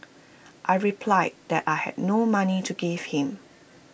I replied that I had no money to give him